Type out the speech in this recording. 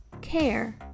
care